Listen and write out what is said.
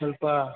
ಸ್ವಲ್ಪ